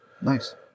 Nice